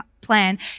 plan